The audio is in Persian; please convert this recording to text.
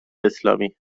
اسلامی